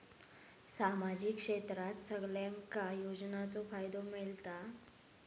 सामाजिक क्षेत्रात सगल्यांका योजनाचो फायदो मेलता?